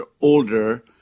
older